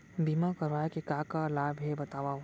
बीमा करवाय के का का लाभ हे बतावव?